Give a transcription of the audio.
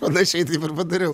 panašiai taip ir padariau